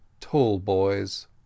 Tallboys